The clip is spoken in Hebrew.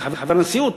כחבר הנשיאות,